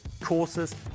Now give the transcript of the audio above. courses